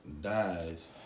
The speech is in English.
dies